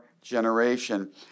generation